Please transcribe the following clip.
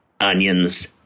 onions